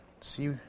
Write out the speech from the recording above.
see